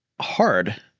hard